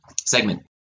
segment